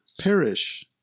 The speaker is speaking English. perish